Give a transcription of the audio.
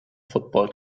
football